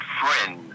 friend